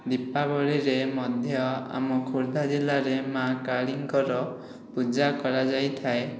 ଦୀପାବଳିରେ ମଧ୍ୟ ଆମ ଖୋର୍ଦ୍ଧା ଜିଲ୍ଲାରେ ମାଆ କାଳୀଙ୍କର ପୂଜା କରାଯାଇଥାଏ